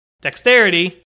Dexterity